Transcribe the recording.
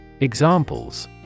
Examples